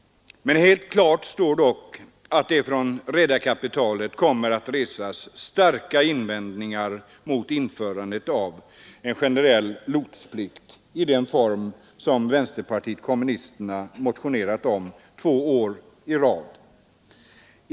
Helt klart står dock att det från redarkapitalet kommer att resas starka invändningar mot införandet av generell lotsplikt i den form som vänsterpartiet kommunisterna nu motionerat om två år i rad.